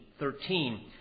13